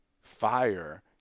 fire